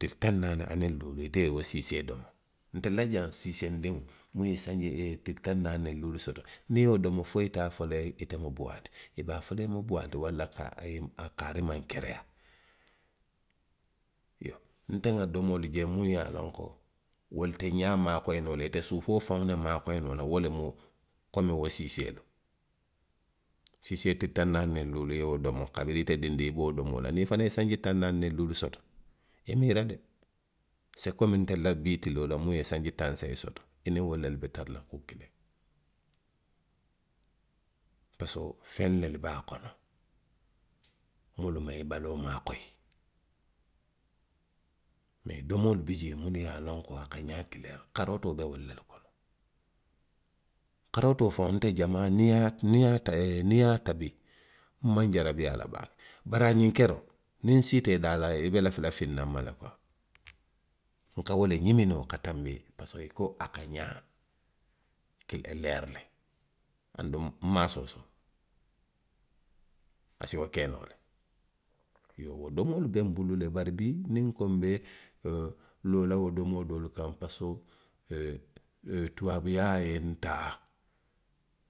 Tili taŋ naani a niŋ luulu ite ye wo siisee domo. ntelu la jaŋ siiseendiŋo muŋ ye sanji,, tili taŋ naani niŋ luulu soto, niŋ i ye wo domo, fo i te a fol la i ye ite mu buwaa le ti. I be a fo la i mu buwaa le ti walla ka, a ye, kaarii maŋ kereyaa iyoo; nte nŋa domoolu je muŋ ye a loŋ ko wolu te ňaa maakoyi noo la, ite suufoo faŋo le maakoyi noo la, wo le mu:komi wo siiseelu. Siisee tili taŋ naani niŋ luulu i ye wo domo kabiriŋ ite dindiŋ i be wo domoo la. niŋ i fanaŋ ye sanji taw naani niŋ luulu soto, i miira de. se komi ntelu la bii tiloo la muŋ ye sanji taw seyi soto. aniŋ wolu le be tara la kuu kiliŋ. Parisiko feŋ nelu be a kono minnu maŋ i baloolu maakoyi. Mee domoolu bi jee munnu ye a loŋ ko a ka ňaa kileeri, karootoo be wolu le kono. karootoo faŋo, nte jamaa, niŋ i ye, niŋ i ye a te, niŋ i ye a tabi, nmaŋ jarabi a la baake, bari a la xiŋ keroo, niŋ nsiita i daala. i be lafi la fiŋ na ma le kuwaa. Nka wo le ňimini noo ka tanbi parisiko i ko a ka xaa ki, leeri le; anduŋ nmaŋ a soosoo. A si wo ke noo le. Iyoo wo domoolu be nbulu le. Bari bii niŋ nko nbe, oo, loo la wo domoo doolu kaŋ, parisiko, ee, tubaabuyaa ye ntaa,